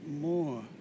more